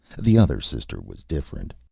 the other sister was different.